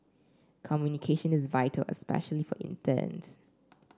communication is vital especially for interns